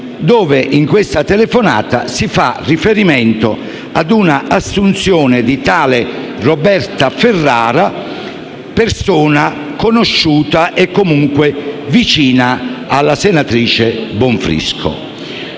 In questa telefonata, si fa riferimento all'assunzione di tale Roberta Ferrara, persona conosciuta e comunque vicina alla senatrice Bonfrisco.